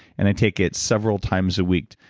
and i take it several times a week.